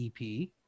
EP